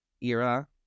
era